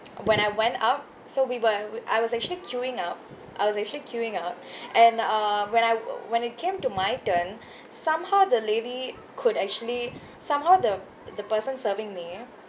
when I went out so we bu~ I was actually queuing up I was actually queuing up and uh when I w~ when it came to my turn somehow the lady could actually somehow the the person serving me